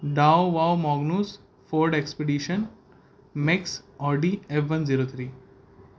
ڈاؤ واؤ موگنوز Ford Expedition Max آ D F one zero three